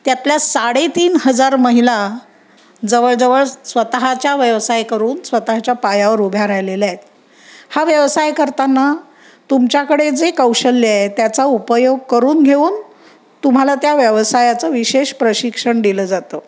त्यातल्या साडेतीन हजार महिला जवळजवळ स्वतःच्या व्यवसाय करून स्वतःच्या पायावर उभ्या राहिलेल्या आहेत हा व्यवसाय करताना तुमच्याकडे जे कौशल्य आहे त्याचा उपयोग करून घेऊन तुम्हाला त्या व्यवसायाचं विशेष प्रशिक्षण दिलं जातं